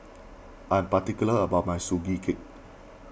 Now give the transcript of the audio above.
I'm particular about my Sugee Cake